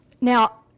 Now